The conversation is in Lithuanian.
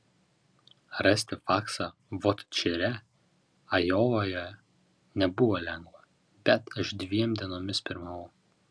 rasti faksą vot čire ajovoje nebuvo lengva bet aš dviem dienomis pirmavau